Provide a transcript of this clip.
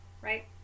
right